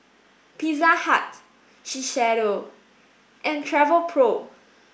Pizza Hut Shiseido and Travelpro